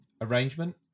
Arrangement